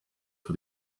for